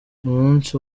umunsi